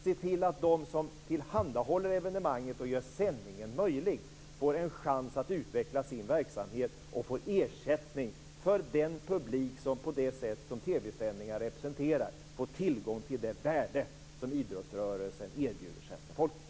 Se till att de som tillhandahåller evenemanget och gör sändningen möjlig får en chans att utveckla sin verksamhet och får ersättning för den publik som, på det sätt som TV-sändningar representerar, får tillgång till det värde som idrottsrörelsen erbjuder svenska folket.